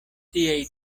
tiaj